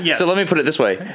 yeah so let me put it this way.